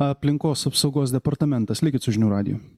aplinkos apsaugos departamentas likit su žinių radijum